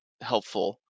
helpful